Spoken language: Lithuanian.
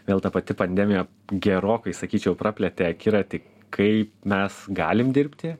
vėl ta pati pandemija gerokai sakyčiau praplėtė akiratį kaip mes galim dirbti